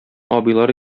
абыйлары